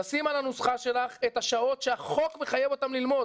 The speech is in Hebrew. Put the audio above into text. לשים על הנוסחה שלך את השעות שהחוק מחייב אותם ללמוד,